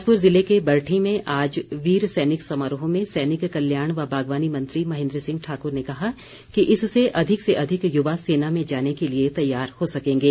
बिलासपुर जिले के बरठीं में आज वीर सैनिक सम्मान समारोह में सैनिक कल्याण व बागवानी मंत्री महेन्द्र सिंह ठाकुर ने कहा कि इससे अधिक से अधिक युवा सेना में जाने के लिए तैयार हो सकेंगे